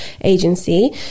agency